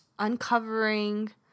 uncovering